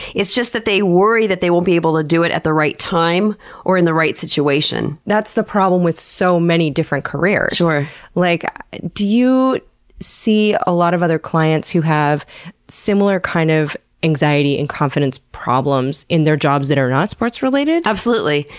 it's just that they worry that they won't be able to do it at the right time or in the right situation. that's the problem with so many different careers. like do you see a lot of other clients who have similar kind of anxiety anxiety and confidence problems in their jobs that are not sports related? absolutely.